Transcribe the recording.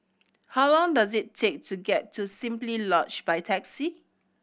how long does it take to get to Simply Lodge by taxi